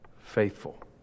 faithful